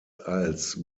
als